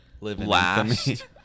last